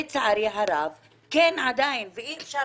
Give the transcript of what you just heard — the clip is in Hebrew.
לצערי הרב זו עדיין נורמה חברתית ואי-אפשר